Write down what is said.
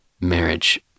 marriage